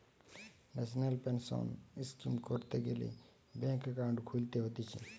national pension scheme করতে গ্যালে bank account খুলতে হতিছে